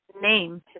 name